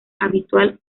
habitual